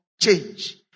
change